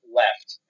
left